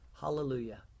Hallelujah